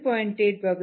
8 வகுத்தால் நமக்கு 0